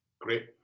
Great